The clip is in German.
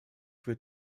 wird